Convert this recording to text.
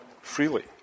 freely